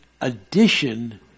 addition